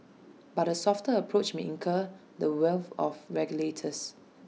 but A softer approach may incur the wrath of regulators